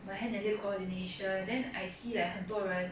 my hand and leg coordination then I see like 很多人